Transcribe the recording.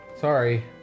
Sorry